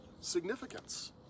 significance